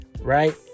right